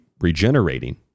Regenerating